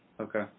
Okay